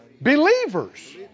Believers